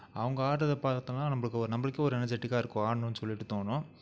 அவங்க ஆடுறத பார்த்தோன்னா நம்மளுக்கு ஓர் நம்மளுக்கே ஒரு எனர்ஜிட்டிக்காக இருக்கும் ஆடணும்னு சொல்லிவிட்டு தோணும்